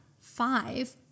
five